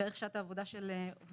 בערך שעת העבודה של עובדי